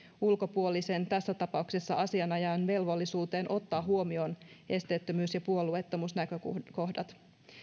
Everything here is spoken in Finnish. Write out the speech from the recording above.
ulkopuolisen tässä tapauksessa asianajajan velvollisuuteen ottaa huomioon esteettömyys ja puolueettomuusnäkökohdat